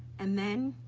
and then,